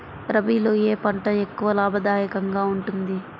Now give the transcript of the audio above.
రబీలో ఏ పంట ఎక్కువ లాభదాయకంగా ఉంటుంది?